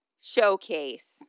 showcase